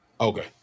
Okay